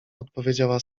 odpowiedziała